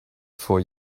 for